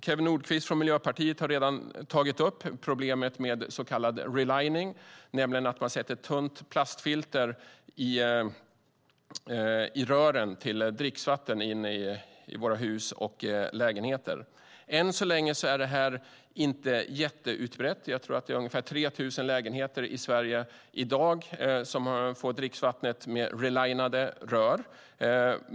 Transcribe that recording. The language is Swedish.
Kew Nordqvist från Miljöpartiet har redan tagit upp problemet med så kallad relining. Det handlar om att man sätter ett tunt plastfilter i rören med dricksvatten i våra hus och lägenheter. Än så länge är detta inte så utbrett. Jag tror att det är ungefär 3 000 lägenheter i Sverige i dag som får dricksvattnet genom relinade rör.